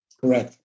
Correct